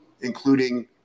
including